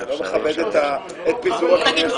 זה לא מכבד את חוק הפיזור.